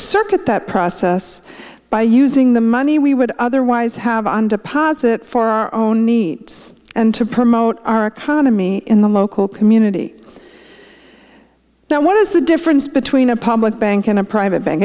circuit that process by using the money we would otherwise have on deposit for our own needs and to promote our economy in the local community now what is the difference between a public bank and a private